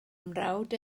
mrawd